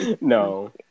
No